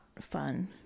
fun